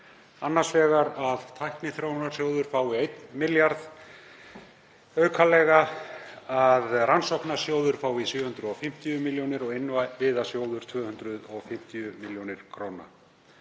annars vegar að Tækniþróunarsjóður fái 1 milljarð aukalega, að Rannsóknasjóður fái 750 milljónir og Innviðasjóður 250 milljónir.